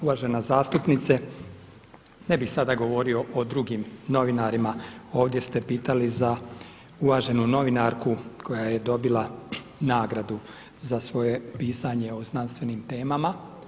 Uvažena zastupnice, ne bih sada govorio o drugim novinarima, ovdje ste pitali za uvaženu novinarku koja je dobila nagradu za svoje pisanje o znanstvenim temama.